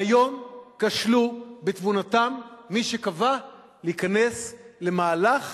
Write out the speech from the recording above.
והיום כשלו בתבונתם, מי שקבע להיכנס למהלך